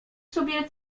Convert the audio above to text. sobie